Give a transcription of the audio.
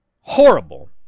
horrible